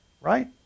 right